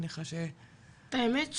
את האמת,